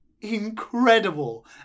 incredible